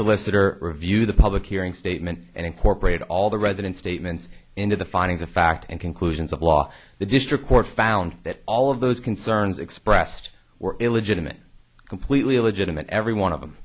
solicitor review the public hearing statement and incorporate all the resident statements into the findings of fact and conclusions of law the district court found that all of those concerns expressed were illegitimate completely illegitimate every one of them